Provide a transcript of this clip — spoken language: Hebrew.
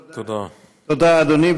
תודה, אדוני.